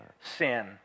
sin